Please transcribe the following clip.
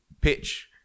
pitch